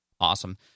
Awesome